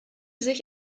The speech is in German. sich